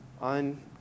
on